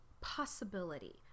possibility